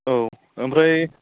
औ ओमफ्राय